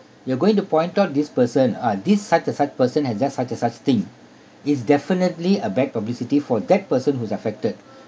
you are going to point out this person ah this such a such person has just such as such thing it's definitely a bad publicity for that person who's affected